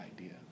idea